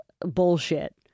bullshit